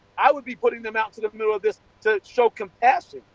i would be putting them out to the middle of this, to show compassion,